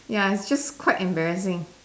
ya its just quite embarrassing